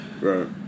Right